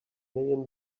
million